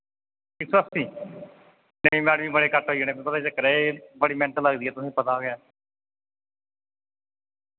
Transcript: इक सौ अस्सी नेईं मैडम जी बड़े घट्ट होई जाने पता केह् चक्कर ऐ एह् बड़ी मैह्नत लगदी ऐ तुसें पता गै